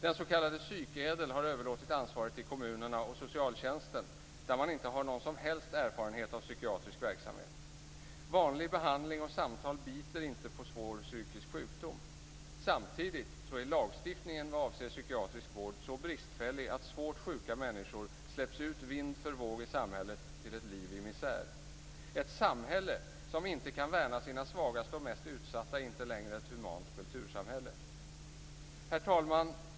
Den s.k. psykädel har överlåtit ansvaret till kommunerna och socialtjänsten, där man inte har någon som helst erfarenhet av psykiatrisk verksamhet. Vanlig behandling och samtal biter inte på svår psykisk sjukdom. Samtidigt är lagstiftningen vad avser psykiatrisk vård så bristfällig att svårt sjuka människor släpps ut vind för våg i samhället till ett liv i misär. Ett samhälle som inte kan värna sina svagaste och mest utsatta är inte längre ett humant kultursamhälle. Herr talman!